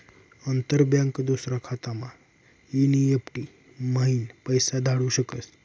अंतर बँक दूसरा खातामा एन.ई.एफ.टी म्हाईन पैसा धाडू शकस